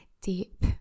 deep